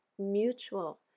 mutual